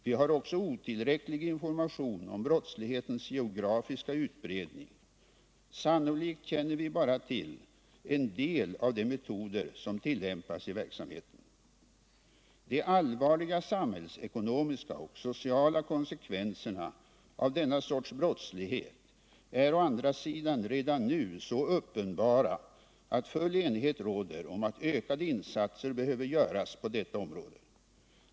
Vi har också otillräcklig information om brottslighetens geografiska utbredning. Sannolikt känner vi bara till en del av de metoder som tillämpas i verksamheten. De allvarliga samhällsekonomiska och sociala konsekvenserna av denna sorts brottslighet är å andra sidan redan nu så uppenbara att full enighet råder om att ökade insatser behöver göras på detta område.